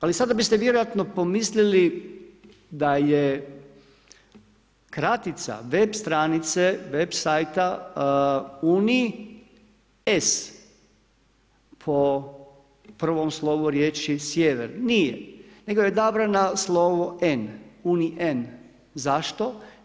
Ali, sada biste vjerojatno pomislili, da je kratica web stranica, web sitez unis, po prvom slovu riječi sjever, nije, nego je odabrana slovo N, unin, zašto?